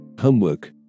Homework